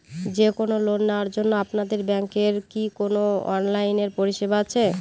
যে কোন লোন নেওয়ার জন্য আপনাদের ব্যাঙ্কের কি কোন অনলাইনে পরিষেবা আছে?